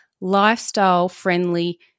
lifestyle-friendly